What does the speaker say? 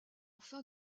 fin